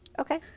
Okay